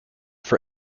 for